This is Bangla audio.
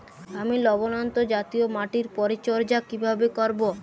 আমি লবণাক্ত জাতীয় মাটির পরিচর্যা কিভাবে করব?